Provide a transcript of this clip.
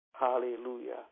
Hallelujah